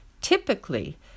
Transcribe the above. Typically